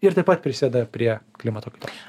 ir taip pat prisideda prie klimato kaitos